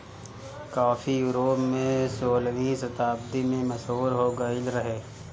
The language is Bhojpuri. काफी यूरोप में सोलहवीं शताब्दी में मशहूर हो गईल रहे